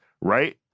right